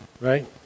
right